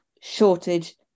shortage